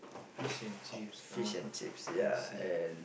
fish and chips ah I see